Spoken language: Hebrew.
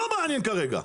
לא מעניין כרגע,